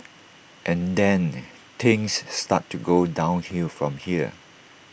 and then things start to go downhill from here